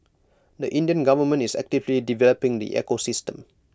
the Indian government is actively developing the ecosystem